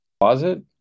closet